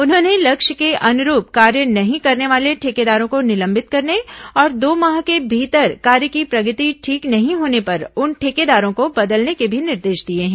उन्होंने लक्ष्य के अनुरूप कार्य नहीं करने वाले ठेकेदारों को निलम्बित करने और दो माह के भीतर कार्य की प्रगति ठीक नहीं होने पर उन ठेकेदारों को बदलने के भी निर्देश दिए हैं